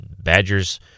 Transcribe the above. Badgers